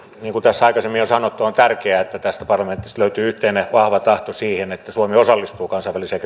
niin kuin tässä aikaisemmin on sanottu on tärkeää että tästä parlamentista löytyy yhteinen vahva tahto siihen että suomi osallistuu kansainväliseen